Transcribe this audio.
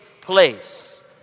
place